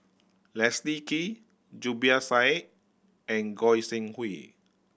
Leslie Kee Zubir Said and Goi Seng Hui